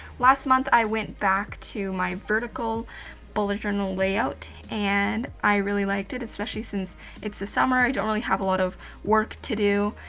last month i went back to my vertical bullet journal layout, and i really liked it, especially since it's the summer, i don't really have a lot of work to do,